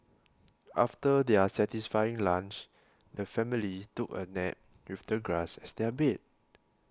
after their satisfying lunch the family took a nap with the grass as their bed